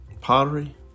pottery